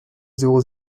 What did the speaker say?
zéro